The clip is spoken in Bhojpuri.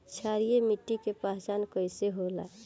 क्षारीय मिट्टी के पहचान कईसे होला?